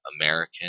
American